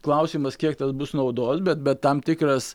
klausimas kiek tas bus naudos bet bet tam tikras